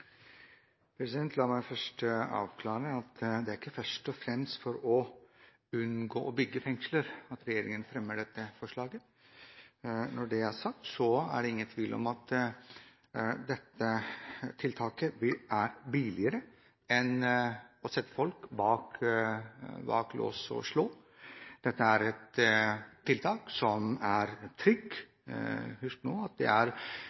III. La meg først avklare at det ikke først og fremst er for å unngå å bygge fengsler at regjeringen fremmer dette forslaget. Når det er sagt, er det ingen tvil om at dette tiltaket er billigere enn å sette folk bak lås og slå. Dette er et tiltak som er trygt. Husk at det er